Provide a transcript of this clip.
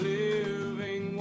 living